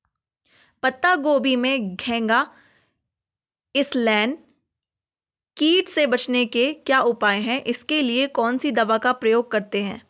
पत्ता गोभी में घैंघा इसनैल कीट से बचने के क्या उपाय हैं इसके लिए कौन सी दवा का प्रयोग करते हैं?